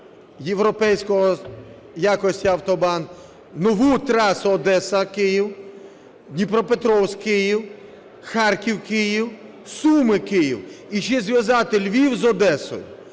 європейської якості автобан, нову трасу Одеса-Київ, Дніпропетровськ-Київ, Харків-Київ, Суми-Київ і ще зв'язати Львів з Одесою.